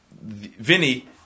Vinny